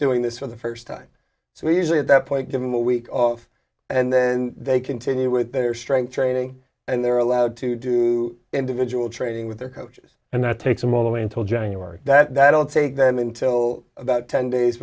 doing this for the first time so he's at that point given a week off and then they continue with their strength training and they're allowed to do individual training with their coaches and that takes them all the way until january that i don't take them until about ten days